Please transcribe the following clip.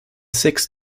six